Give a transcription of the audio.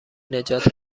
نجات